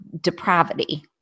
depravity